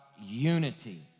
unity